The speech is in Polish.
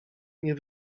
nie